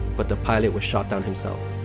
but the pilot was shot down himself.